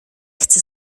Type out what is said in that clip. chcę